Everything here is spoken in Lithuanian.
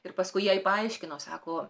ir paskui jai paaiškino sako